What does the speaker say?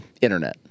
internet